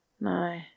No